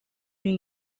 new